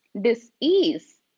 disease